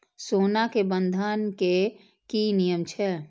सोना के बंधन के कि नियम छै?